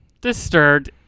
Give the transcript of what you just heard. disturbed